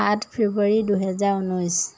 সাত ফেব্ৰুৱাৰী দুহেজাৰ ঊনৈছ